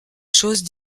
choses